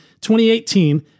2018